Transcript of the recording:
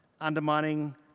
undermining